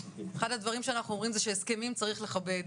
אחד הדברים שאנחנו אומרים זה שהסכמים צריך לכבד,